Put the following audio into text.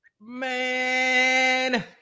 Man